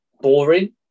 boring